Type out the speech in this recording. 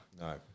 No